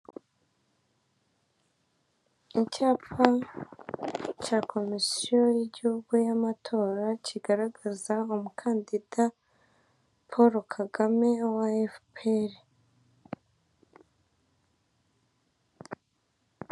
Icyapa cya komisiyo y'igihugu y'amatora kigaragaza umukandida Polo Kagame wa Efuperi.